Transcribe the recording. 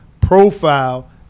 profile